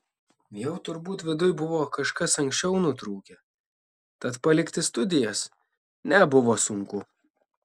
jau turbūt viduj buvo kažkas anksčiau nutrūkę tad palikti studijas nebuvo sunku